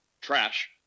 trash